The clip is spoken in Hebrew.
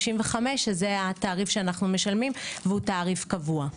זה התעריף שאנחנו משלמים והוא תעריף קבוע.